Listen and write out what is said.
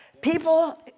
People